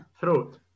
throat